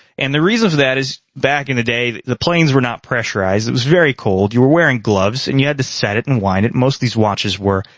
and the reason for that is back in the day, the planes were not pressurized, it was very cold, you were wearing gloves, and you had to set it and wind it. most of these watches were.